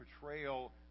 portrayal